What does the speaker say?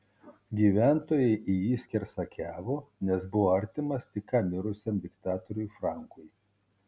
gyventojai į jį skersakiavo nes buvo artimas tik ką mirusiam diktatoriui frankui